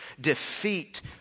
defeat